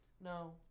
No